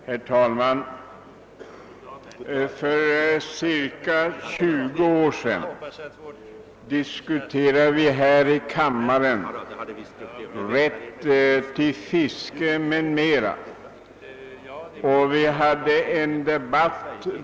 Herr talman! För ca 20 år sedan diskuterade vi här i kammaren rätt till fiske m.m.